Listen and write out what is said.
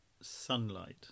sunlight